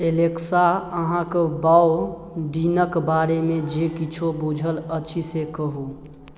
Alexa अहाँके बॉउ डीनके बारेमे जे किछु बूझल अछि से कहू